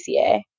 PCA